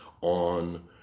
on